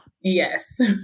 Yes